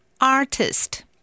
Artist